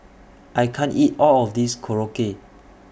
I can't eat All of This Korokke